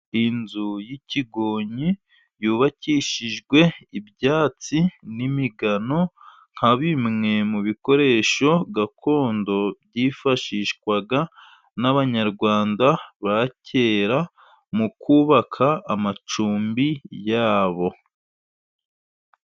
Inzu y'ikigonyi yubakishijwe ibyatsi n'imigano, nka bimwe mu bikoresho gakondo byifashishwaga n'abanyarwanda ba kera, mu kubaka amacumbi yabo.